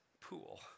pool